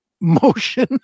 motion